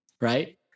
right